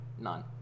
None